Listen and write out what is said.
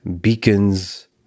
beacons